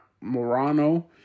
Morano